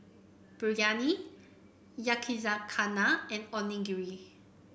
Biryani Yakizakana and Onigiri